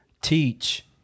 teach